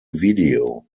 video